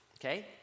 okay